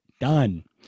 done